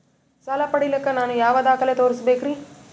ಸಾಲ ಪಡಿಲಿಕ್ಕ ನಾನು ಯಾವ ದಾಖಲೆ ತೋರಿಸಬೇಕರಿ?